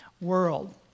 world